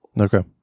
Okay